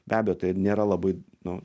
be abejo tai nėra labai nu